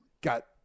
got